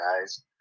guys